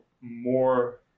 more